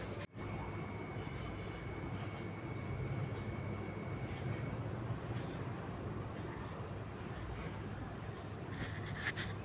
व्यपारीक bank Reserve Bank के अंदर काम करै छै